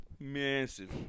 Massive